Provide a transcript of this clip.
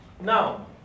now